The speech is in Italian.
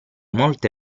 molte